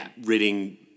ridding